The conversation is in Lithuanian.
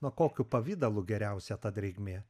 na kokiu pavidalu geriausia ta drėgmė